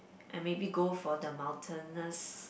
and maybe go for the mountainous